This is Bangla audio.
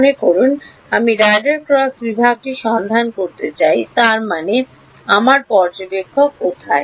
মনে করুন আমি রাডার ক্রস বিভাগটি সন্ধান করতে চাই তার মানে আমার পর্যবেক্ষক কোথায়